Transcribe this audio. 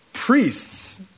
Priests